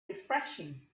refreshing